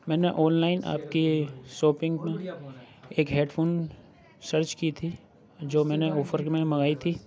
میں نے online آپ کی شاپنگ ایک ہیڈ فون سرچ کی تھی جو میں نے آفر میں منگائی تھی